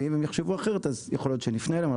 ואם הם יחשבו אחרת אז יכול להיות שנפנה אליהם,